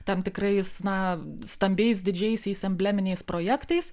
tam tikrais na stambiais didžiaisiais embleminiais projektais